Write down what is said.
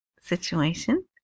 situation